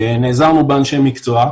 נעזרנו באנשי מקצוע,